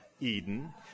Eden